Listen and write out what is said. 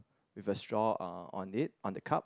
with a straw on it on the cup